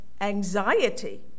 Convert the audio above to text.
anxiety